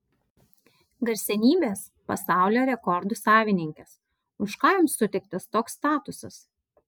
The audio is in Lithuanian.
garsenybės pasaulio rekordų savininkės už ką joms suteiktas toks statusas